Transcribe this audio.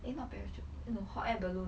eh not parachute no hot air balloon